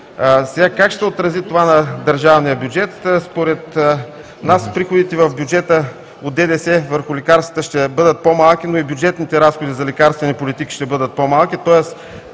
Как ще се отрази това на държавния бюджет? Според нас приходите в бюджета от ДДС върху лекарствата ще бъдат по-малки, но и бюджетните разходи за лекарствени политики ще бъдат по малки, тоест